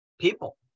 people